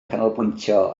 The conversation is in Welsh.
canolbwyntio